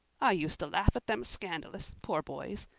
i used to laugh at them scandalous, poor boys.